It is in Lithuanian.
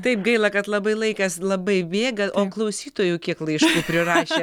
taip gaila kad labai laikas labai bėga o klausytojų kiek laiškų prirašė